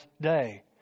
day